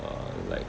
uh like